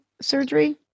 surgery